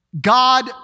God